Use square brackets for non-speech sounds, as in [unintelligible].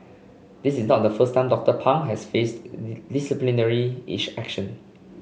this is not the first time Doctor Pang has faced disciplinary [unintelligible] action